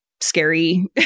scary